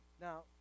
Now